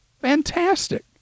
Fantastic